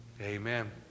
Amen